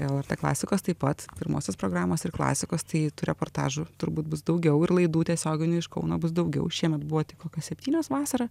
lrt klasikos taip pat pirmosios programos ir klasikos tai reportažų turbūt bus daugiau ir laidų tiesioginių iš kauno bus daugiau šiemet buvo tik kokios septynios vasarą